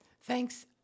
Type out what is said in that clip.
Thanks